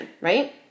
right